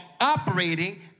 operating